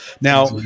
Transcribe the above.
Now